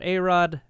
A-Rod